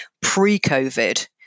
pre-COVID